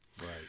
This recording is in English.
Right